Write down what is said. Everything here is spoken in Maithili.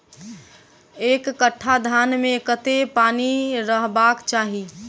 एक कट्ठा धान मे कत्ते पानि रहबाक चाहि?